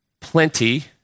plenty